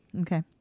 Okay